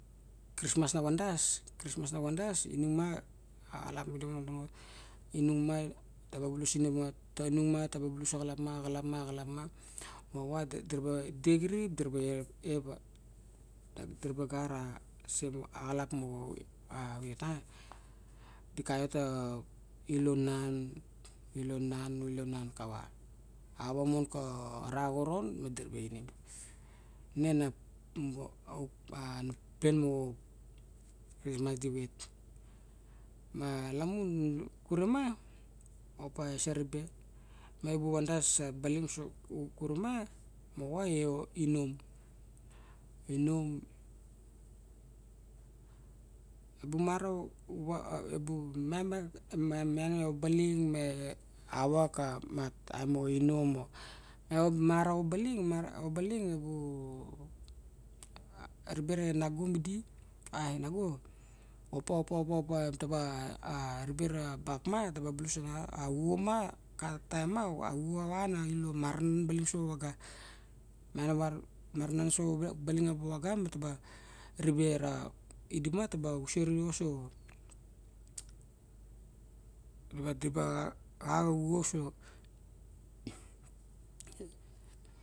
Christmas na van das christmas na van das inung ma axalap inung ma taba bulus inung ta ba bulus a xalap ma axalap ma axalap ma- ma va dir ba di cirip dir ba eva dir ba gara sem axalap moa a vet a di kaiot ta elon nan elon nan elon nan kava ava mon kara xoron ma dir ga inim nen na a pen mau ma lamun kure ma opa saribe me mu van das baling karuma? Mo ai i nom- i nom bung ma ra- ra a- a bung me meang baling me ava ka taim ma inorm eip mara obaling mara obaling obu ribe re nago midi ai nago opa- opa- opa- opa ta ba a- a ribe ra bak ma taba bulus auxo ma kain taim ma auxo ava na ilo maranan sabaling na vaga marava maranan sabaling ma baga ma ta ba ribe ra idi ma taba usi reoso na ba di ba xauxoso